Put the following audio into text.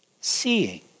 seeing